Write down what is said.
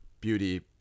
beauty